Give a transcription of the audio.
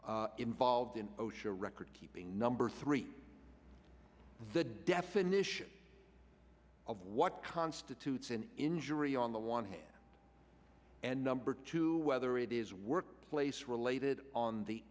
involved in osha recordkeeping number three the definition of what constitutes an injury on the one hand and number two whether it is workplace related on the